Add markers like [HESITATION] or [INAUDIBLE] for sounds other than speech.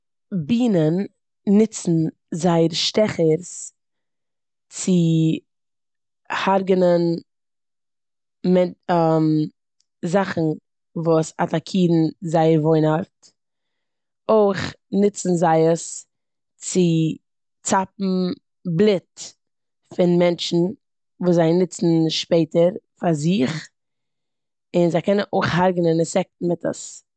בינען נוצן זייער שטעכערס צו הרגענען מע- [HESITATION] זאכן וואס אטאקירן זייער וואוינארט. אויך נוצן זיי עס צו צאפן בלוט פון מענטשן וואס זיי נוצן שפעטער פאר זיך און זיי קענען אויך הרגענען אינסעקטן מיט עס.